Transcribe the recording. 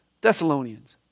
Thessalonians